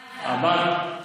מה איתם?